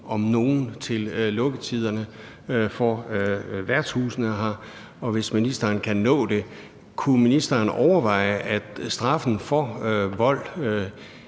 om nogen til lukketiderne for værtshusene? Og hvis ministeren kan nå det, vil jeg høre: Kunne ministeren overveje, at normalstraffen for vold,